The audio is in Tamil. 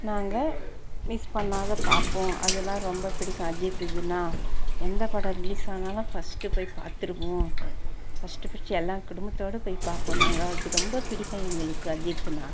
நாங்கள் மிஸ் பண்ணாது பார்ப்போம் அதெலாம் ரொம்ப பிடிக்கும் அஜித் இதுனால் எந்த படம் ரிலீஸ் ஆனாலும் ஃபர்ஸ்ட் போய் பார்த்துருவோம் ஃபர்ஸ்ட் ஃபர்ஸ்டு எல்லாம் குடும்பத்தோட போய் பார்ப்போம் நாங்கள் அது ரொம்ப பிடிக்கும் எங்களுக்கு அஜித்னால்